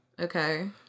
Okay